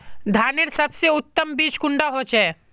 धानेर सबसे उत्तम बीज कुंडा होचए?